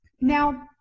Now